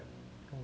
I can't wait